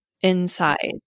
inside